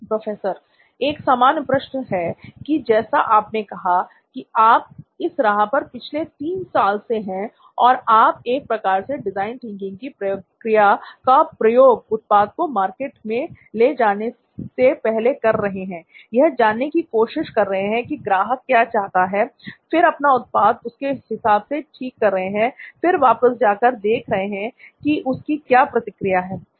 professor एक सामान्य प्रश्न है कि जैसा आपने कहा कि आप इस राह पर पिछले 3 साल से हैं और आप एक प्रकार से डिजाइन थिंकिंग की प्रक्रिया का प्रयोग उत्पाद को मार्केट में ले जाने से पहले कर रहे हैं यह जानने की कोशिश कर रहे हैं कि ग्राहक क्या चाहता है फिर अपना उत्पाद उसके हिसाब से ठीक कर रहे हैं फिर वापस जाकर देख रहे हैं कि उसकी क्या प्रतिक्रिया है